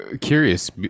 Curious